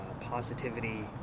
positivity